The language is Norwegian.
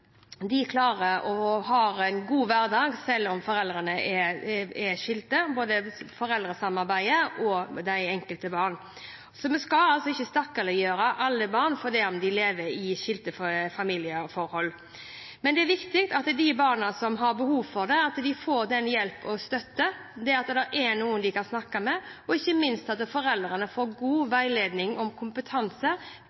De aller fleste klarer å ha en god hverdag selv om foreldrene er skilt – både når det gjelder foreldresamarbeidet og det enkelte barn – så vi skal altså ikke stakkarsliggjøre alle barn fordi om de lever i skilte familieforhold. Men det er viktig at de barna som har behov for det, får hjelp og støtte, at de har noen de kan snakke med, og ikke minst at foreldrene får god veiledning og kompetanse